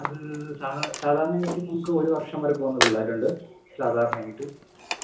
അത് സാധാ സാധാരണയായിട്ടും നമുക്ക് ഒരു വര്ഷം വരെ പോവുന്ന പിള്ളേരുണ്ട് സാധാരണയായിട്ട്